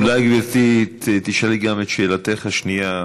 אולי, גברתי, תשאלי גם את שאלתך השנייה?